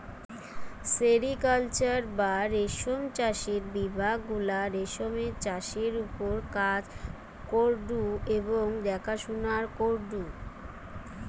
sericulture বা রেশম চাষের বিভাগ গুলা রেশমের চাষের ওপর কাজ করঢু এবং দেখাশোনা করঢু